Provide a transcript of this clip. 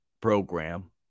program